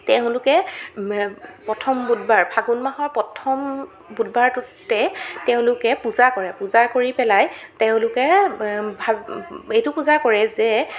তেওঁলোকে প্ৰথম বুধবাৰ ফাগুন মাহৰ প্ৰথম বুধবাৰটোতে তেওঁলোকে পূজা কৰে পূজা কৰি পেলাই তেওঁলোকে ভা এইটো পূজা কৰে যে